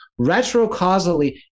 retrocausally